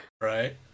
Right